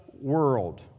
world